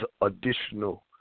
additional